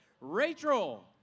Rachel